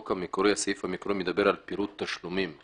הסעיף המקורי מדבר על פירוט תשלומים,